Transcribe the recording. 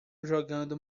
jogando